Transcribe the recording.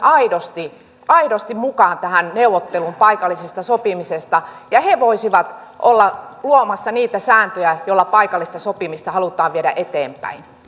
aidosti mukaan tähän neuvotteluun paikallisesta sopimisesta ja he voisivat olla luomassa niitä sääntöjä joilla paikallista sopimista halutaan viedä eteenpäin